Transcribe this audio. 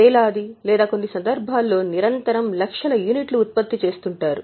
వేలాది లేదా కొన్ని సందర్భాల్లో నిరంతరం లక్షల యూనిట్లు ఉత్పత్తి చేస్తున్నారు